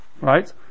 right